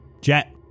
Jet